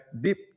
deep